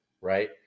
Right